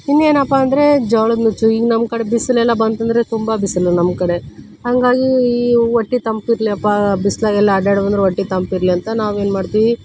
ಇನ್ನೇನಪ್ಪ ಅಂದರೆ ಜೋಳದ ನುಚ್ಚು ಈಗ ನಮ್ಮ ಕಡೆ ಬಿಸಿಲೆಲ್ಲ ಬಂತಂದರೆ ತುಂಬ ಬಿಸಿಲು ನಮ್ಮ ಕಡೆ ಹಾಗಾಗಿ ಈ ಹೊಟ್ಟಿ ತಂಪಿರಲಿಯಪ್ಪ ಬಿಸಿಲಾಗೆಲ್ಲ ಅಡ್ಯಾಡಿ ಬಂದ್ರೆ ಹೊಟ್ಟಿ ತಂಪಿರಲಿ ಅಂತ ನಾವು ಏನು ಮಾಡ್ತೀವಿ